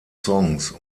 songs